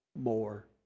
more